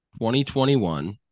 2021